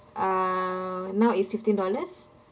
uh now it's fifteen dollars